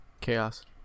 Chaos